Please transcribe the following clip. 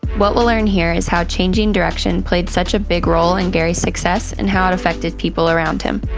what we'll learn here is how changing direction played such a big role in gary success and how it affected people around him.